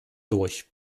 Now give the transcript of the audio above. durch